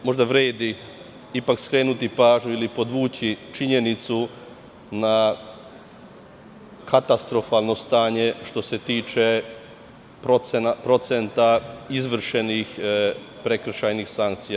Možda vredi ipak skrenuti pažnju ili podvući činjenicu na katastrofalno stanje što se tiče procenta izvršenih prekršajnih sankcija.